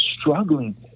struggling